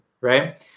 right